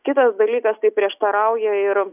kitas dalykas tai prieštarauja ir